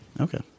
Okay